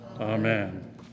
amen